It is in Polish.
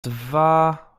dwa